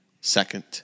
second